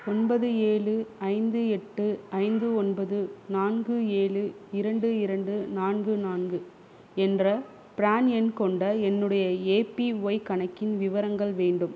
ஒன்பது ஏழு ஐந்து எட்டு ஐந்து ஒன்பது நான்கு ஏழு இரண்டு இரண்டு நான்கு நான்கு என்ற பிரான் எண் கொண்ட என்னுடைய ஏபிஒய் கணக்கின் விவரங்கள் வேண்டும்